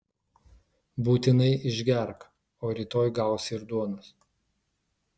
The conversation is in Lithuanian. būtinai išgerk o rytoj gausi ir duonos